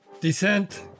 Descent